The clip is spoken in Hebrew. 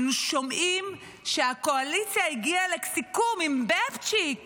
אנו שומעים שהקואליציה הגיעה לסיכום עם בבצ'יק